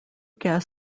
gas